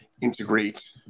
integrate